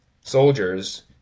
soldiers